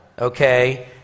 okay